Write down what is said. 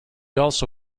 also